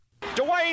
Dwayne